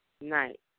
night